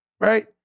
Right